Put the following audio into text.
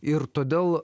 ir todėl